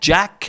Jack